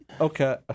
Okay